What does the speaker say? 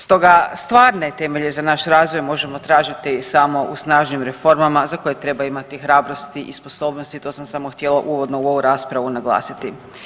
Stoga stvarne temelje za naš razvoj možemo tražiti samo u snažnim reformama za koje treba imati hrabrosti i sposobnosti, to sam samo htjela uvodno u ovu raspravu naglasiti.